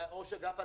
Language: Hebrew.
ולראש אגף התקציבים,